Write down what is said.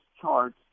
charts